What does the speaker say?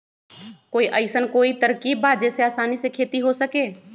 कोई अइसन कोई तरकीब बा जेसे आसानी से खेती हो सके?